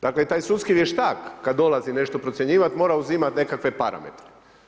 Dakle, taj sudski vještak kad dolazi nešto procjenjivati mora uzimati nekakve parametre.